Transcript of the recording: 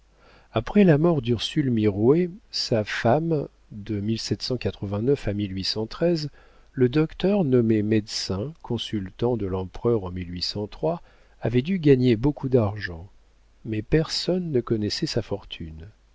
après la mort d'ursule mirouët sa femme de à le docteur nommé médecin consultant de l'empereur en avait dû gagner beaucoup d'argent mais personne ne connaissait sa fortune